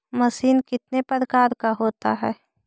Machine कितने प्रकार का होता है?